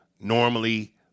normally